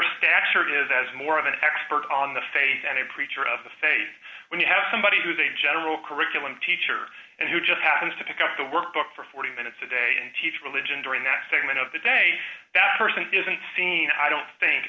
stature is as more of an expert on the faith and a preacher of the faith when you have somebody who is a general curriculum teacher and who just happens to pick up the workbook for forty minutes a day and teach religion during that segment of the day that person isn't seen i don't think